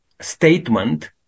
statement